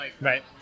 Right